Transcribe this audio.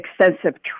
extensive